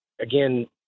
again